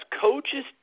coaches